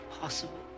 possible